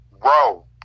Bro